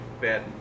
bad